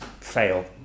fail